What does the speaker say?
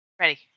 Ready